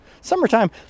summertime